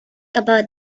about